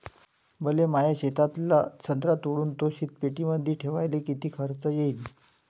मले माया शेतातला संत्रा तोडून तो शीतपेटीमंदी ठेवायले किती खर्च येईन?